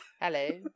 Hello